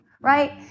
right